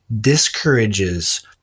discourages